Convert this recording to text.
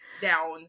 down